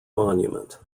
monument